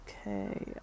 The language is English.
Okay